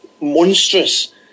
monstrous